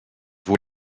voor